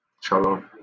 Shalom